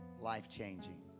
Life-changing